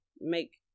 make